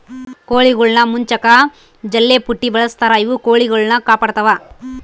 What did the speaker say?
ಕೋಳಿಗುಳ್ನ ಮುಚ್ಚಕ ಜಲ್ಲೆಪುಟ್ಟಿ ಬಳಸ್ತಾರ ಇವು ಕೊಳಿಗುಳ್ನ ಕಾಪಾಡತ್ವ